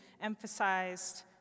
emphasized